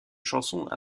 chansons